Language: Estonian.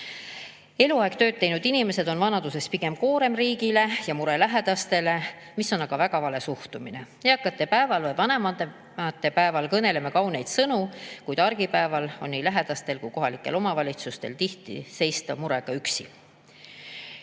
Eluaeg tööd teinud inimesed on vanaduses pigem koorem riigile ja mure lähedastele. See on aga väga vale suhtumine. Eakate päeval või vanavanemate päeval kõneleme kauneid sõnu, kuid argipäeval tuleb nii lähedastel kui kohalikel omavalitsustel tihti seista murega üksi.